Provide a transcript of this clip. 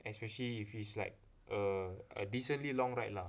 especially if it's like a a decently long ride lah